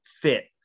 fit